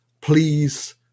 please